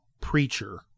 preacher